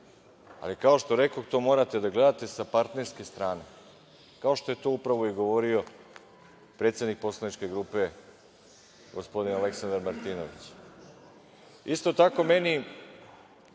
Ali, kao što rekoh, to morate da gledate sa partnerske strane, kao što je to upravo i govorio predsednik poslaničke grupe, gospodin Aleksandar Martinović. Meni